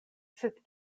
sed